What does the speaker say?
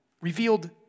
revealed